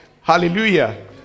Hallelujah